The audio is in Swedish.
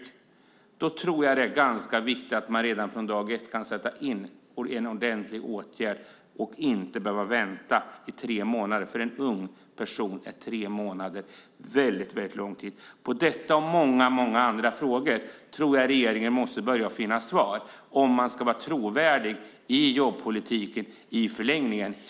För dem tror jag att det är ganska viktigt att det redan från dag ett kan sättas in en ordentlig åtgärd så att de inte behöver vänta i tre månader. För en ung person är tre månader en väldigt lång tid. På denna och många andra frågor måste regeringen börja finna svar om man i förlängningen ska vara trovärdig i jobbpolitiken.